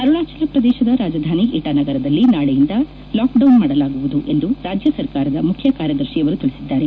ಅರುಣಾಚಲ ಪ್ರದೇಶದ ರಾಜಧಾನಿ ಇಟಾನಗರದಲ್ಲಿ ನಾಳೆಯಿಂದ ಲಾಕ್ಡೌನ್ ಜಾರಿಯಾಗಲಿದೆ ಎಂದು ರಾಜ್ಯ ಸರ್ಕಾರದ ಮುಖ್ಯ ಕಾರ್ಯದರ್ಶಿ ತಿಳಿಸಿದ್ದಾರೆ